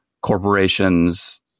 corporations